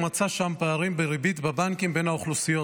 הוא מצא שם פערים בריבית בבנקים בין האוכלוסיות.